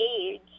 age